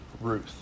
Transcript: Ruth